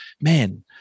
man